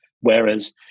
Whereas